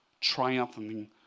triumphing